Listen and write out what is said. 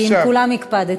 כי עם כולם הקפדתי,